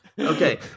Okay